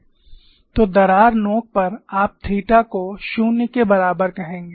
तो दरार नोक पर आप थीटा को 0 के बराबर कहेंगे